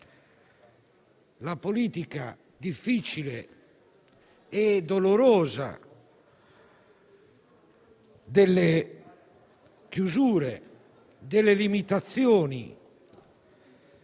la politica difficile e dolorosa delle chiusure e delle limitazioni.